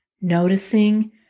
Noticing